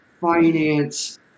finance